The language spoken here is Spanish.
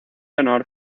honor